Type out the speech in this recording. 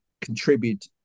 contribute